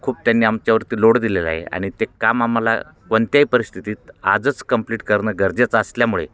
खूप त्यांनी आमच्यावरती लोड दिलेला आहे आणि ते काम आम्हाला कोणत्याही परिस्थितीत आजच कंप्लीट करणं गरजेचं असल्यामुळे